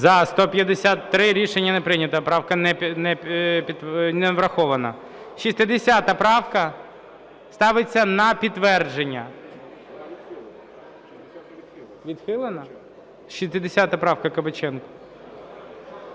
За-153 Рішення не прийнято. Правка не врахована. 60 правка. Ставиться на підтвердження. (Шум у залі) 60 правка Кабаченка.